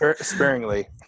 sparingly